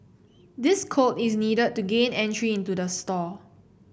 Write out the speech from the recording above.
this code is needed to gain entry into the store